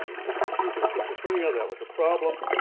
people would confuse with schizophrenia, that was a problem.